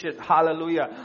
hallelujah